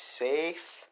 safe